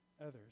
others